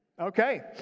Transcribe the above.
Okay